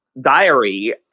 diary